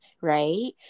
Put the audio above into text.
right